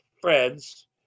friends